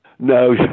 No